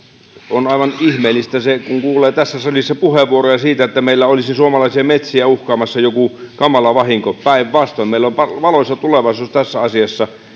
on aivan ihmeellistä se kun kuulee tässä salissa puheenvuoroja siitä että meillä olisi suomalaisia metsiä uhkaamassa joku kamala vahinko päinvastoin meillä on valoisa tulevaisuus tässä asiassa